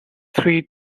three